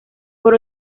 por